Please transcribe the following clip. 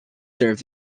serve